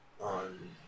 on